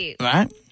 right